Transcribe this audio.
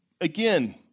again